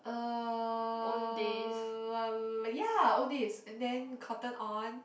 err ya all these and then Cotton On